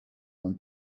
one